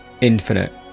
infinite